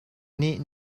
nih